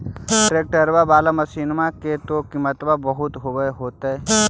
ट्रैक्टरबा बाला मसिन्मा के तो किमत्बा बहुते होब होतै?